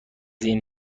این